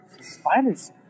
Spiders